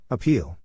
Appeal